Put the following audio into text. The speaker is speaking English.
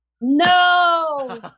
No